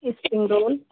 spring roll